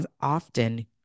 often